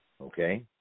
Okay